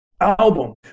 album